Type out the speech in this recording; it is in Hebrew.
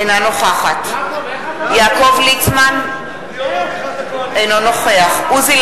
אינה נוכחת יעקב ליצמן, אינו נוכח עוזי